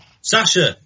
Sasha